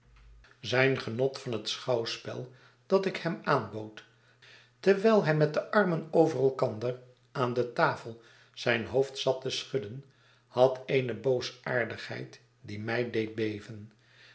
zijn genot van het schouwspel dat ik hem aanbood terwijl hij met de armen over elkander aan de tafel zijn boofd zat te schudden had eene boosaardigheid die mij deed beven